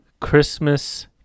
Christmas